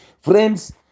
Friends